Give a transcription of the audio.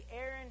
Aaron